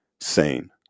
sane